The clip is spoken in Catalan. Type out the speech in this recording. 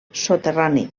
soterrani